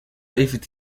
ifite